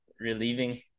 relieving